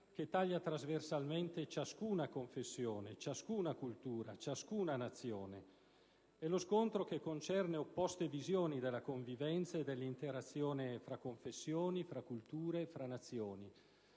che taglia trasversalmente ciascuna confessione, ciascuna cultura, ciascuna Nazione; è lo scontro che concerne opposte visioni della convivenza e dell'interazione fra confessioni, fra culture, fra Nazioni: